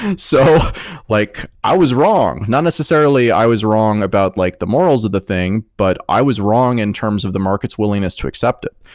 and so like i was wrong. not necessarily i was wrong about like the morals of the thing, but i was wrong in terms of the market's willingness to accept it,